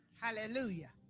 Hallelujah